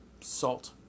Salt